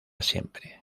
siempre